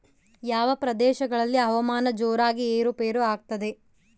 ಯಾವ ಪ್ರದೇಶಗಳಲ್ಲಿ ಹವಾಮಾನ ಜೋರಾಗಿ ಏರು ಪೇರು ಆಗ್ತದೆ?